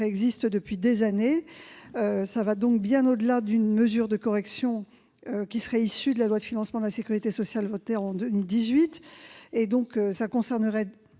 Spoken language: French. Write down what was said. préexiste depuis des années. Votre proposition va bien au-delà d'une mesure de correction qui serait issue de la loi de financement de la sécurité sociale votée en 2018. Elle concernerait